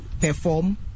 perform